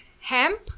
hemp